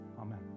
amen